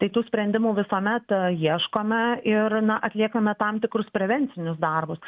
tai tų sprendimų visuomet ieškome ir na atliekame tam tikrus prevencinius darbus